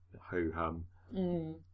ho-hum